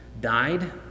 died